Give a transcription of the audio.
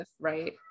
right